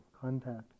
contact